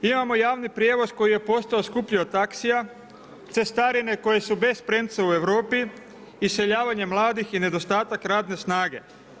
Imamo javni prijevoz koji je postao skuplji od taksija, cestarine koje su bez premca u Europi, iseljavanje mladih i nedostatak radne snage.